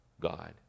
God